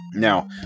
Now